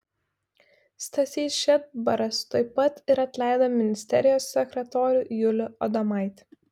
stasys šedbaras tuoj pat ir atleido ministerijos sekretorių julių adomaitį